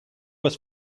was